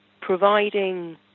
providing